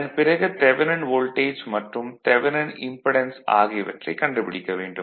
அதன் பிறகு தெவனின் வோல்டேஜ் மற்றும் தெவனின் இம்படென்ஸ் ஆகியவற்றைக் கண்டுபிடிக்க வேண்டும்